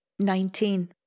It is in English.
Nineteen